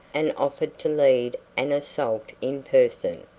and offered to lead an assault in person.